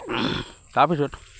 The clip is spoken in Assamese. তাৰপিছত